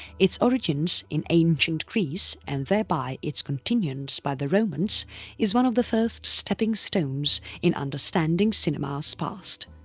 its origins in ancient greece and thereby its continuance by the romans is one of the first stepping stones in understanding cinema's past.